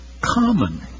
common